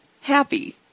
happy